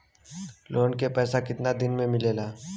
Loan के पैसा कितना दिन मे मिलेला?